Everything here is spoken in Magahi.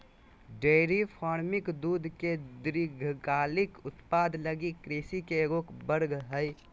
डेयरी फार्मिंग दूध के दीर्घकालिक उत्पादन लगी कृषि के एगो वर्ग हइ